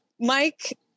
Mike